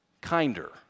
kinder